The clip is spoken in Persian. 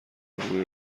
روی